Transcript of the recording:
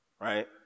right